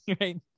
right